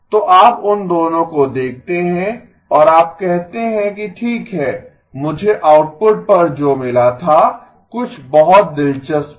तो आप उन दोनों को देखते हैं और आप कहते हैं कि ठीक है मुझे आउटपुट पर जो मिला था कुछ बहुत दिलचस्प है